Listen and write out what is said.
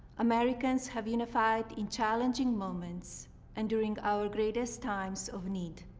americans have unified in challenging moments and during our greatest times of need.